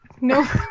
no